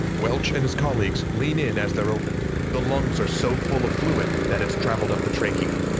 welch and his colleagues lean in as they're opened. the lungs are so full of fluid that it's traveled up the trachea.